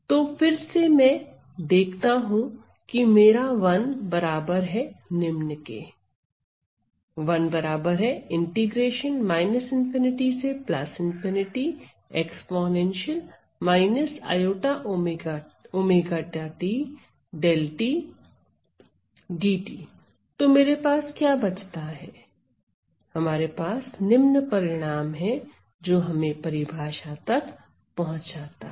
तो फिर से मैं देखता हूं कि मेरा 1 बराबर है निम्न के तो मेरे पास क्या बचता है हमारे पास निम्न परिणाम है जो हमें परिभाषा तक पहुंचाता है